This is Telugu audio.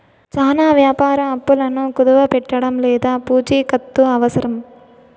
చానా వ్యాపార అప్పులను కుదవపెట్టడం లేదా పూచికత్తు అవసరం